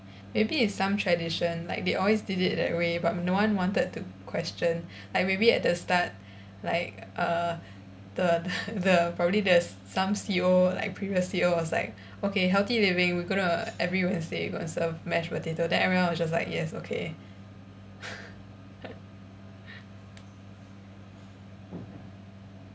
maybe it's some tradition like they always did it that way but no one wanted to question like maybe at the start like err the the the probably there's some C_O like previous C_O was like okay healthy living we gonna every wednesday gonna serve mashed potato then everyone was just like yes okay